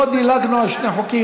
לא דילגנו על שני חוקים.